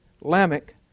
Lamech